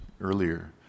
earlier